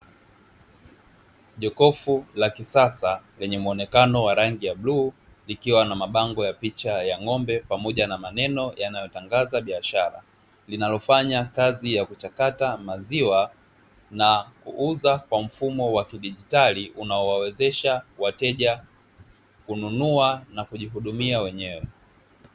Jokofu la kisasa lwnye muonekano wa rangi ya bluu likiwa na mabango ya picha ga ng'ombe pamoja na maneno yanayo tangaza biashara, linalofanya kazi ya kuchakata maziwa na kuuza kwa mfumo wa kidigitali unao wawezesha wateja kununua na kujihudumia wenyewe.